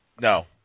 No